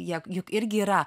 jie juk irgi yra